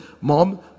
mom